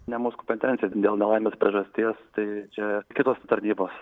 ne mūsų kompetencija dėl nelaimės priežasties tai čia kitos tarnybos